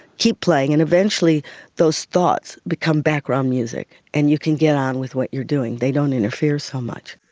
keep playing and eventually those thoughts become background music and you can get on with what you're doing, they don't interfere so much.